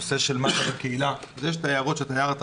הנושא של מד"א בקהילה יש את ההערות שאתה הערת,